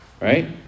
right